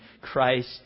Christ